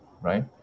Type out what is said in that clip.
right